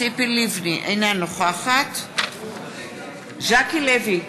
אינה נוכחת ז'קי לוי,